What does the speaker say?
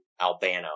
Albano